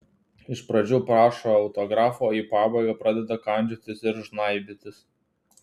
iš pradžių prašo autografo o į pabaigą pradeda kandžiotis ir žnaibytis